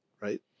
right